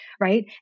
right